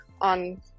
on